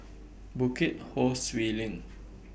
Bukit Ho Swee LINK